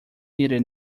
needed